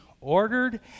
Ordered